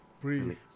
Breathe